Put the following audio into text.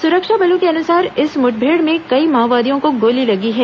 सुरक्षा बलों के अनुसार इस मुठभेड़ में कई माओवादियों को गोली लगी है